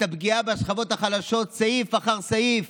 את הפגיעה בשכבות החלשות, סעיף אחר סעיף.